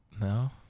No